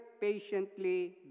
patiently